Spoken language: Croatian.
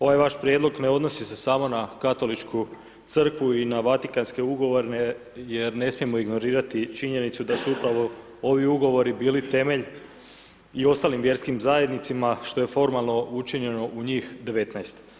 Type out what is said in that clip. Ovaj vaš prijedlog ne odnosi se samo na Katoličku crkvu i na Vatikanske ugovore, jer ne smijemo ignorirati činjenicu da su upravo ovi ugovori bili temelj i ostalim vjerskim zajednicama, što je formalno učinjeno u njih 19.